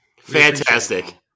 Fantastic